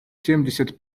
семьдесят